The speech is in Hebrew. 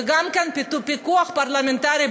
וגם כן פיקוח פרלמנטרי,